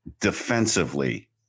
Defensively